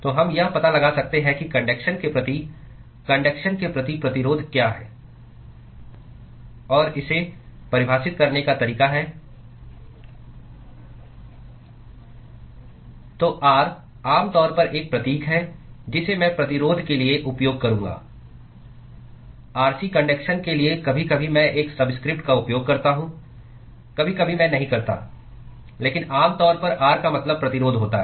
तो हम यह पता लगा सकते हैं कि कन्डक्शन के प्रति कन्डक्शन के प्रति प्रतिरोध क्या है और इसे परिभाषित करने का तरीका है तो R आम तौर पर एक प्रतीक है जिसे मैं प्रतिरोध के लिए उपयोग करूंगा Rc कन्डक्शन के लिए कभी कभी मैं एक सबस्क्रिप्ट का उपयोग करता हूं कभी कभी मैं नहीं करता लेकिन आम तौर पर R का मतलब प्रतिरोध होता है